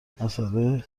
مسئله